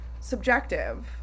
subjective